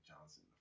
Johnson